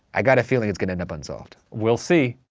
i got a feeling it's gonna need up unsolved. we'll see.